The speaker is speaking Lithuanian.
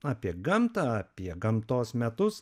apie gamtą apie gamtos metus